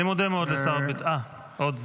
אני מודה מאוד לשר הביטחון, עוד?